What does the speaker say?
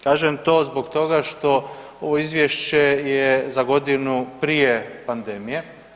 Kažem to zbog toga što ovo izvješće je za godinu prije pandemije.